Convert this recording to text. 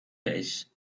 case